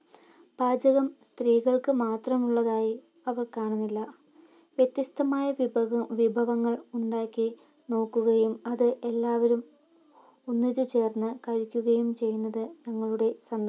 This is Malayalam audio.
പാചകം സ്ത്രീകൾക്ക് മാത്രം ഉള്ളതായി അവർ കാണുന്നില്ല വ്യത്യസ്തമായ വിഭ് വിഭവങ്ങൾ ഉണ്ടാക്കി നോക്കുകയും അത് എല്ലാവരും ഒന്നിച്ച് ചേർന്ന് കഴിക്കുകയും ചെയ്യുന്നത് ഞങ്ങളുടെ സന്തോഷമാണ്